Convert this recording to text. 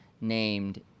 named